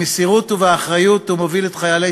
במסירות ובאחריות הוא מוביל את חיילי